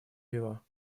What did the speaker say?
его